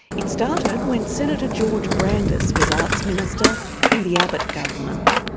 it started when senator george brandis was arts minister in the abbott government.